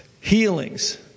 healings